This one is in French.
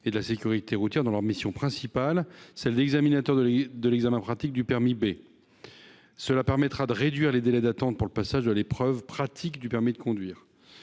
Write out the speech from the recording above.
et de la sécurité routière (IPCSR) dans leur mission principale, celle d'examinateurs de l'examen pratique du permis B, ce qui permettra de réduire les délais d'attente pour le passage de l'épreuve pratique du permis de conduire.